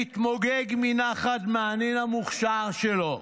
מתמוגג מנחת מהנין המוכשר שלו,